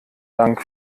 dank